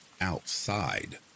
outside